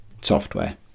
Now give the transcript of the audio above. software